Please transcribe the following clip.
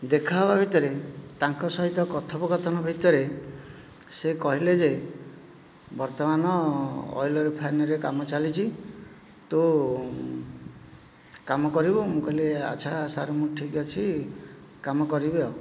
ଦେଖା ହେବା ଭିତରେ ତାଙ୍କ ସହିତ କଥୋପକଥନ ଭିତରେ ସେ କହିଲେ ଯେ ବର୍ତ୍ତମାନ ଅଏଲର ଫ୍ୟାନ୍ରେ କାମ ଚାଲିଛି ତୁ କାମ କରିବୁ ମୁଁ କହିଲି ଆଚ୍ଛା ସାର୍ ମୁଁ ଠିକ୍ ଅଛି କାମ କରିବି ଆଉ